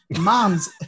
Mom's